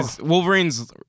Wolverine's